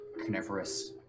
coniferous